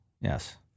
Yes